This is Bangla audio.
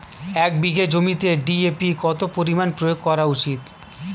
এক বিঘে জমিতে ডি.এ.পি কত পরিমাণ প্রয়োগ করা উচিৎ?